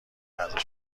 عرضه